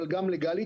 אבל גם לגאלית,